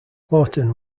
lawton